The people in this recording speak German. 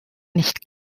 nicht